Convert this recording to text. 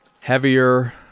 heavier